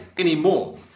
Anymore